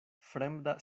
fremda